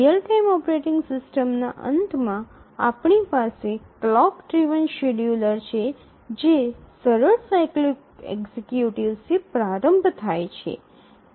real time operating સિસ્ટમ્સના અંતમાં આપણી પાસે ક્લોક ડ્રિવન શેડ્યૂલર છે જે સરળ સાયક્લિક એક્ઝિક્યુટિવ્સથી પ્રારંભ થાય છે